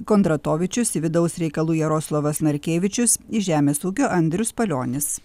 kondratovičius į vidaus reikalų jaroslavas narkevičius į žemės ūkio andrius palionis